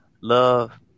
Love